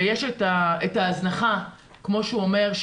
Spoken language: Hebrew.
ויש את ההזנחה כמו שהוא אומר,